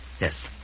yes